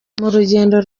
rugendo